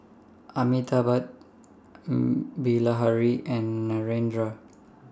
Amitabh Bilahari and Narendra